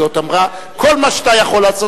אמרה: כל מה שאתה יכול לעשות,